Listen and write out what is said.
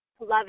love